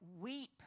weep